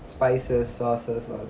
spices sauces all